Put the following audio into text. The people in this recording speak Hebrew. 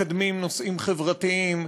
מקדמים נושאים חברתיים,